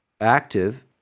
active